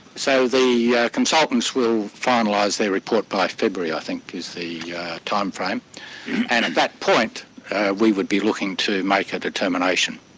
so the yeah consultants will finalise their report by february i think is the time frame, and at that point we would be looking to make a determination.